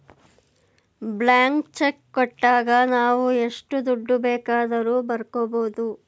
blank cheque ಕೊಟ್ಟಾಗ ನಾವು ಎಷ್ಟು ದುಡ್ಡು ಬೇಕಾದರೂ ಬರ್ಕೊ ಬೋದು